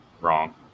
Wrong